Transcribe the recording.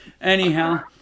anyhow